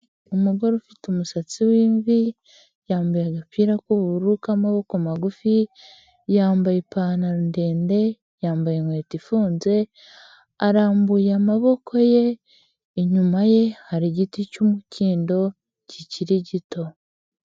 Umugore ufite umusatsi w'imvi, yambaye agapira k'ubururu k'amaboko magufi, yambaye ipantaro ndende, yambaye inkweto ifunze, arambuye amaboko ye, inyuma ye hari igiti cy'umukindo, kikiri gito.